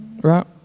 right